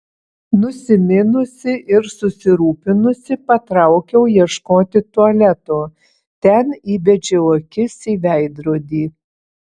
nusiminusi ir susirūpinusi patraukiau ieškoti tualeto ten įbedžiau akis į veidrodį